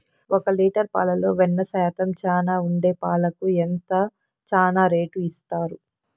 ఒక లీటర్ పాలలో వెన్న శాతం చానా ఉండే పాలకు ఎంత చానా రేటు ఇస్తారు?